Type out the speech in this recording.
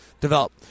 develop